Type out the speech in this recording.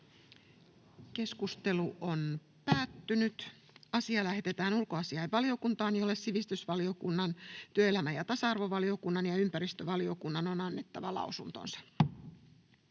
ehdottaa, että asia lähetetään ulkoasiainvaliokuntaan, jolle sivistysvaliokunnan, työelämä- ja tasa-arvovaliokunnan ja ympäristövaliokunnan on annettava lausunto.